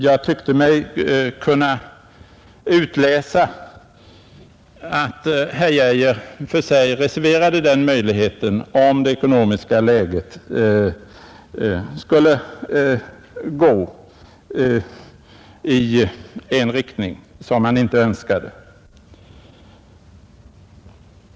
Jag tyckte mig kunna utläsa att herr Geijer för sig reserverade den möjligheten, om utvecklingen av det ekonomiska läget skulle gå i en riktning som han inte önskade.